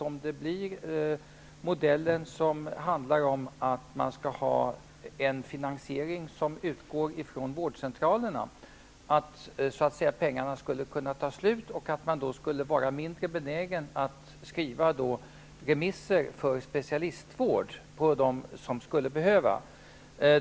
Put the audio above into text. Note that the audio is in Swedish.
Om det blir modellen som går ut på att detta skall finansieras via vårdcentralerna, finns det en farhåga för att pengarna tar slut och för att man skulle vara mindre benägen att skriva remisser på specialisvård för dem som så skulle behöva.